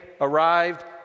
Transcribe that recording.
arrived